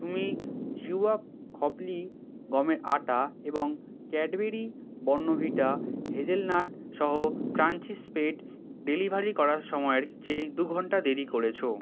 তুমি জিওয়া খাপলি গমের আটা এবং ক্যাডবেরি বর্নভিটা হেজেলনাট সহ ক্রাঞ্চি স্প্রেড ডেলিভারি করার সময়ের চেয়ে দু ঘণ্টা দেরি করেছ